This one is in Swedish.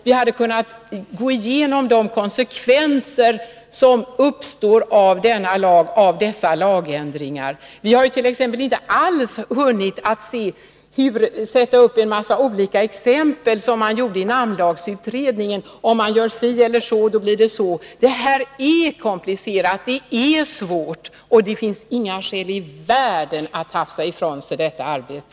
Vi hade kunnat gå igenom de konsekvenser som uppstår av dessa lagändringar. Vi hart.ex. inte alls hunnit att sätta upp en massa exempel, som namnlagsutredningen gjorde — om man gör si eller så, blir det så. Det här är komplicerat. Det är svårt, och det finns inga skäl i världen att hafsa ifrån sig detta arbete.